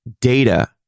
data